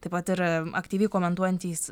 taip pat ir aktyviai komentuojantys